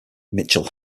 mitchell